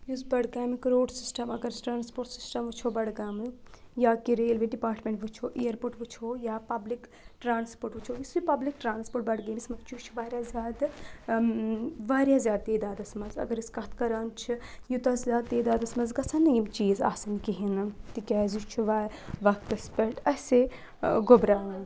یُس بڈگامیُٚک road system اگر أسۍ ٹرٛانَسپوٹ سِسٹَم وٕچھو بڈگامیُٚک یا کہ ریلوے ڈِپاٹمنٛٹ وٕچھو اِیَرپوٹ وٕچھو یا پَبلِک ٹرٛانسپوٹ وٕچھو یُس یہِ پبلک ٹرٛانسپوٹ بڈگٲمِس منٛز چھُ یہِ چھُ واریاہ زیادٕ واریاہ زیادٕ تعدادَس منٛز اگر أسۍ کَتھ کَران چھِ یوٗتاہ زیادٕ تعدادَس منٛز گژھن نہٕ یِم چیٖز آسٕنۍ کِہینۍ نہٕ تِکیازِ یہِ چھُ وا وَقتَس پٮ۪ٹھ اَسے گوٚبراوَن